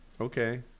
Okay